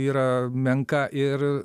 yra menka ir